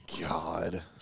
God